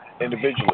individually